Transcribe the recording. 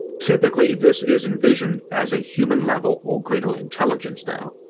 typically this is envisioned as a human-level or greater intelligence though.